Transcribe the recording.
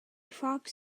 fox